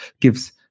gives